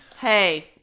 hey